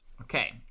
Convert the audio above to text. Okay